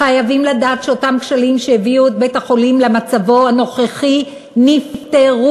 חייבים לדעת שאותם כשלים שהביאו את בית-החולים למצבו הנוכחי נפתרו,